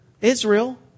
Israel